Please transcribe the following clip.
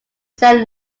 saint